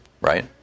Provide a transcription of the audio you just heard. right